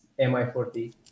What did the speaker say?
MI40